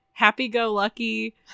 happy-go-lucky